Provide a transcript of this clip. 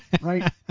Right